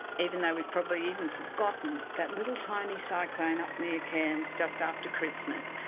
even though we've probably even forgotten that little tiny cyclone up near cairns just after christmas.